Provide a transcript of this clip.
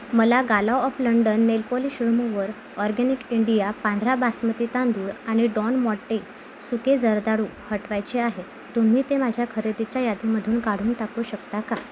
मला Gala of London nail polish remover organic India पांढरा बासमती तांदूळ आणि डॉन माँटे सुके जर्दाळू हटवायचे आहेत तुम्ही ते माझ्या खरेदीच्या यादीमधून काढून टाकू शकता का